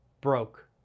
broke